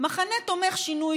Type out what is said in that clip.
מחנה תומך שינוי,